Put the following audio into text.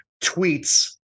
tweets